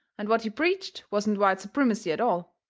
and what he preached wasn't white supremacy at all,